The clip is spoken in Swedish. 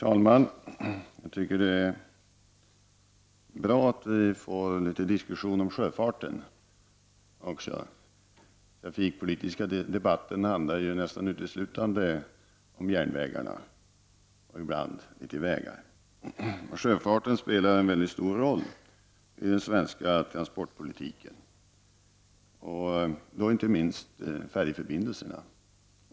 Herr talman! Det är bra att vi får en diskussion också om sjöfarten. Den trafikpolitiska debatten handlar nästan uteslutande om järnvägarna och ibland något om vägar. Sjöfarten spelar en mycket stor roll i den svenska transportpolitiken. Det gäller inte minst färjeförbindelserna.